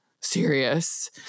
serious